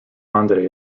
andre